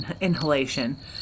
inhalation